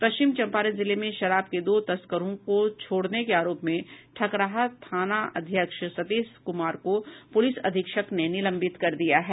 पश्चिम चंपारण जिले में शराब के दो तस्करों को छोड़ने के आरोप में ठकराहा थाना अध्यक्ष सतीश कुमार को पुलिस अधीक्षक ने निलंबित कर दिया है